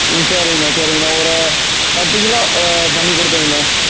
ம் சரிங்கண்ணா சரிங்கண்ணா ஒரு பத்துக் கிலோ பண்ணி கொடுத்துருங்கண்ணா